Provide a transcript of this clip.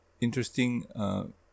interesting